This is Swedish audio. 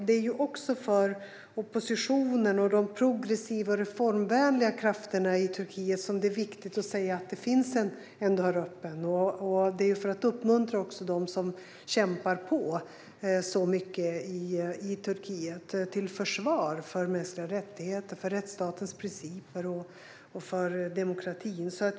Det är viktigt för oppositionen och de progressiva och reformvänliga krafterna i Turkiet att se att det finns en dörr öppen. Det är viktigt också för att uppmuntra dem som kämpar på så mycket i Turkiet till försvar för mänskliga rättigheter, rättsstatens principer och demokratin.